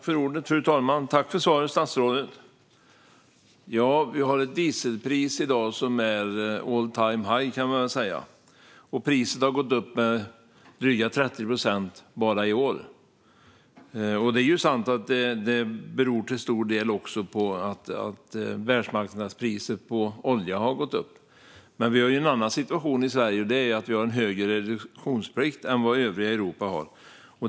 Fru talman! Tack, statsrådet, för svaret! Vi har ett dieselpris i dag som är all-time-high, kan man säga. Priset har gått upp med drygt 30 procent bara i år. Det är sant att det till stor del beror på att världsmarknadspriset på olja har gått upp. Men vi har också en annan situation i Sverige, nämligen att vi har en högre reduktionsplikt än vad övriga Europa har.